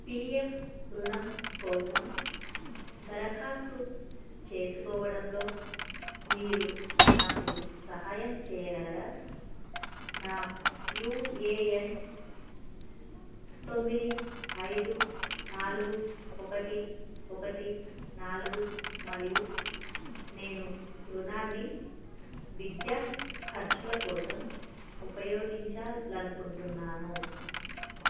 P F రుణం కోసం దరఖాస్తు చేసుకోవడంలో మీరు నాకు సహాయం చేయగలరా నా యూ ఏ ఎన్ తొమ్మిది ఐదు నాలుగు ఒకటి ఒకటి నాలుగు మరియు నేను రుణాన్ని విద్యా ఖర్చుల కోసం ఉపయోగించాలి అనుకుంటున్నాను